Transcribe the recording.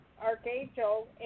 Archangel